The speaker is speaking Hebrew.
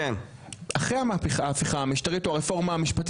אחרי ההפיכה המשטרית או הרפורמה המשפטית